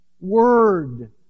Word